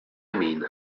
mean